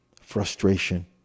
frustration